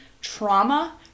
trauma